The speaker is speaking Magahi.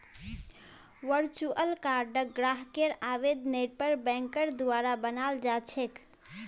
वर्चुअल कार्डक ग्राहकेर आवेदनेर पर बैंकेर द्वारा बनाल जा छेक